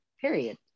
period